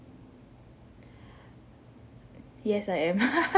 yes I am